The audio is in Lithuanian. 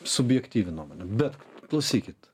subjektyvi nuomonė bet klausykit